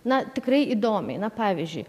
na tikrai įdomiai na pavyzdžiui